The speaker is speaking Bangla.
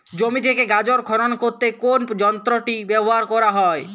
জমি থেকে গাজর খনন করতে কোন যন্ত্রটি ব্যবহার করা হয়?